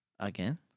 Again